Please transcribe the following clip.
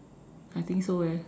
I think so eh